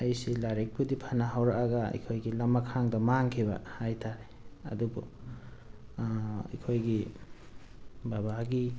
ꯑꯩꯁꯤ ꯂꯥꯏꯔꯤꯛꯄꯨꯗꯤ ꯐꯅ ꯍꯧꯔꯛꯑꯒ ꯑꯩꯈꯣꯏꯒꯤ ꯂꯃꯈꯥꯡꯗ ꯃꯥꯡꯈꯤꯕ ꯍꯥꯏꯇꯥꯔꯦ ꯑꯗꯨꯕꯨ ꯑꯩꯈꯣꯏꯒꯤ ꯕꯕꯥꯒꯤ